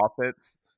offense